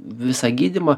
visą gydymą